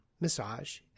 massage